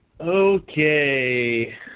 Okay